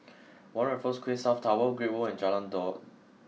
one Raffles Quay South Tower Great World and Jalan Daud